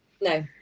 No